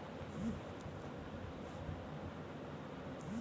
diary farming হচ্যে ঠিক ভাবে গরুর খামার থেক্যে দুধ উপাদান করাক